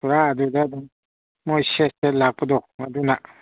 ꯄꯨꯔꯥ ꯑꯗꯨꯗ ꯑꯗꯨꯝ ꯃꯣꯏ ꯁꯦꯠ ꯁꯦꯠ ꯂꯥꯛꯄꯗꯣ ꯑꯗꯨꯅ